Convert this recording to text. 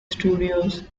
studios